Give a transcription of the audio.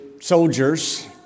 soldiers